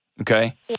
Okay